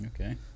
Okay